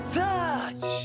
touch